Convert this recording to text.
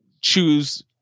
choose